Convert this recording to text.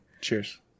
Cheers